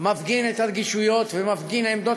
מפגין את הרגישויות ומפגין עמדות